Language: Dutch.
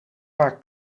paar